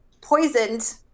poisoned